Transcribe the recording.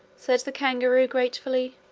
said the kangaroo, gratefully.